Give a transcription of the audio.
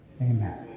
Amen